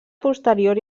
posterior